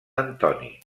antoni